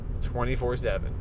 24-7